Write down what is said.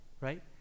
right